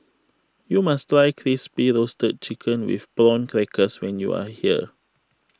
you must try Crispy Roasted Chicken with Prawn Crackers when you are here